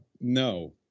no